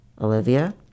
Olivia